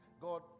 God